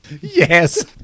yes